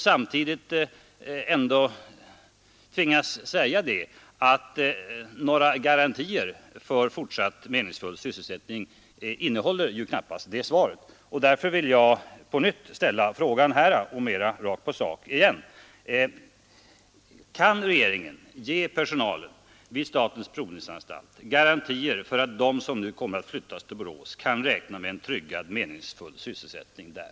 Samtidigt tvingas jag ändå säga att några garantier för fortsatt meningsfull sysselsättning innehåller knappast svaret. Därför vill jag kan på nytt ställa frågan: Kan regeringen ge personalen vid statens provningsanstalt garantier för att de som kommer att flyttas till Borås får meningsfull sysselsättning där?